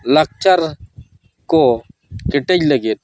ᱞᱟᱠᱪᱟᱨ ᱠᱚ ᱠᱮᱴᱮᱡ ᱞᱟᱹᱜᱤᱫ